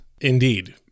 Indeed